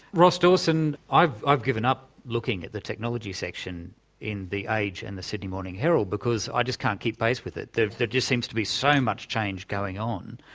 ross dawson, i've i've given up looking at the technology section in the age and the sydney morning herald because i just can't keep pace with it there just seems to be so much change going on.